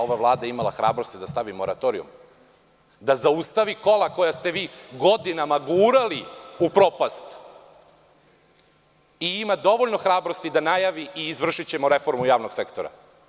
Ova Vlada je imala hrabrosti da stavi moratorijum, da zaustavi kola koja ste vi godinama gurali u propast i ima dovoljno hrabrosti da najavi izvršenje reforme javnog sektora.